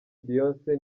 beyonce